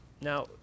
Now